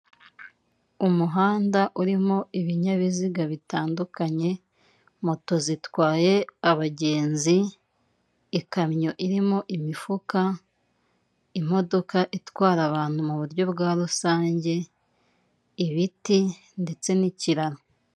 Umuhanda urimo ibinyabiziga bitandukanye, moto zitwaye abagenzi, ikamyo irimo imifuka, imodoka itwara abantu muburyo bwa rusange, ibiti ndetse n'ikiraro.